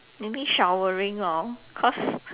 maybe showering lor cause